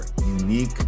unique